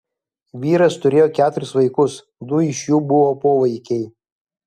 vyras turėjo keturis vaikus du iš jų buvo povaikiai